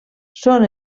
són